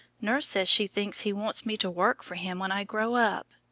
nurse says she thinks he wants me to work for him when i grow up.